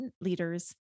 leaders